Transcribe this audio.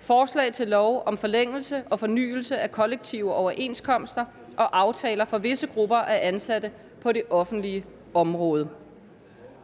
Forslag til lov om forlængelse og fornyelse af kollektive overenskomster og aftaler for visse grupper af ansatte på det offentlige område.